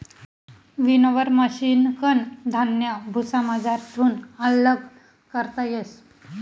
winnower मशिनकन धान्य भुसामझारथून आल्लग करता येस